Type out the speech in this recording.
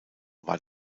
war